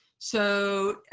so